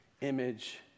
image